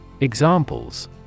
Examples